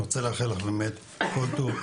אני רוצה לאחל לך כל טוב.